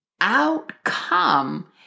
Outcome